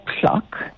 clock